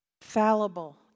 Fallible